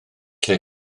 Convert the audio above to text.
lle